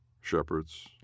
Shepherds